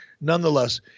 nonetheless